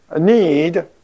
need